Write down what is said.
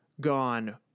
gone